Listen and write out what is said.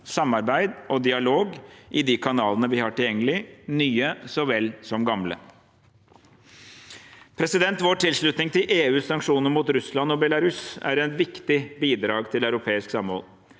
samarbeid og dialog i de kanalene vi har tilgjengelig, nye så vel som gamle. Vår tilslutning til EUs sanksjoner mot Russland og Belarus er et viktig bidrag til europeisk samhold.